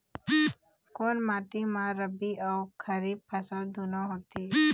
कोन माटी म रबी अऊ खरीफ फसल दूनों होत हे?